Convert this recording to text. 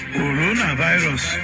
coronavirus